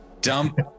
dump